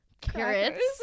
carrots